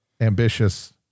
ambitious